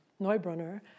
Neubrunner